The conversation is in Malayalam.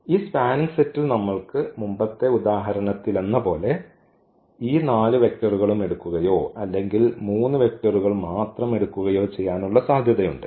ഈ സ്പാനിങ് സെറ്റിൽ നമ്മൾക്ക് മുമ്പത്തെ ഉദാഹരണത്തിലെന്നപോലെ ഈ 4 വെക്റ്ററുകളും എടുക്കുകയോ അല്ലെങ്കിൽ 3 വെക്റ്ററുകൾ മാത്രം എടുക്കുകയോ ചെയ്യാനുള്ള സാധ്യതയുണ്ട്